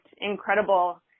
incredible